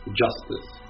justice